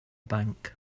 bank